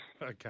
Okay